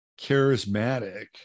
charismatic